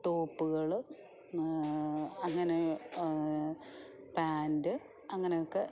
ടോപ്പ്കൾ അങ്ങനെ പാൻറ്റ് അങ്ങനെയൊക്കെ